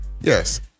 Yes